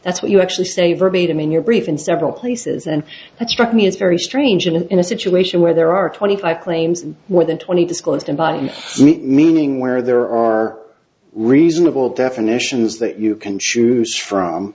that's what you actually say verbatim in your brief in several places and that struck me as very strange in a situation where there are twenty five claims and more than twenty disclosed in by him meaning where there are reasonable definitions that you can choose from